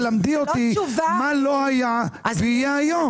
תלמדי אותי מה לא היה ויהיה היום.